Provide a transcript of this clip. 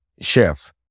chef